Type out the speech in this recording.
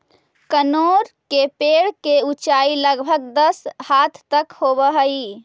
कनेर के पेड़ के ऊंचाई लगभग दस हाथ तक होवऽ हई